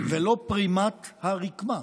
ולא פרימת הרקמה.